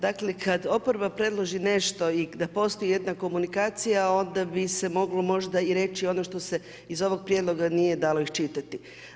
Dakle kad oporba predloži nešto i da postoji jedna komunikacija, onda bi se moglo možda i reći ono što se iz ovog prijedloga nije dalo iščitati.